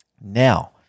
Now